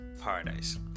paradise